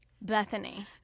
Bethany